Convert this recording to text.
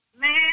Man